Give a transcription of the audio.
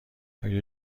آیا